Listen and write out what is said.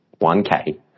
1K